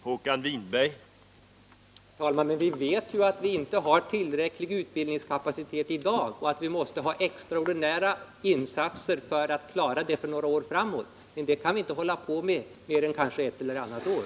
Herr talman! Vi vet ju att utbildningskapaciteten inte är tillräcklig i dag och att det måste göras extraordinära insatser för att klara utbildningsverksamheten en tid framåt. Men dessa kan inte fortgå mer än ett eller annat år.